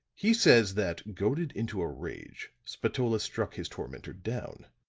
he says that, goaded into a rage, spatola struck his tormentor down.